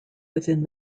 within